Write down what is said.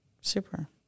Super